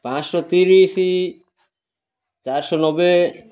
ପାଞ୍ଚଶହ ତିରିଶି ଚାରିଶହ ନବେ